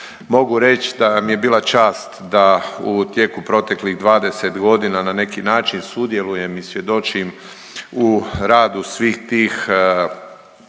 Mogu reći da mi je bila čast da u tijeku proteklih 20 godina na neki način sudjelujem i svjedočim u radu svih tih